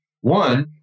One